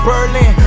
Berlin